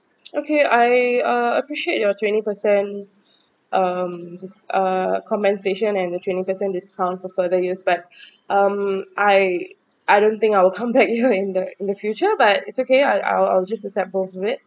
okay I uh appreciate your twenty percent um this uh compensation and the twenty percent discount for further use but um I I don't think I will come back you in the in the future but it's okay I'll I'll I'll just accept both of it